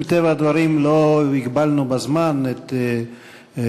מטבע הדברים לא הגבלנו בזמן את כבוד